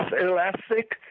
elastic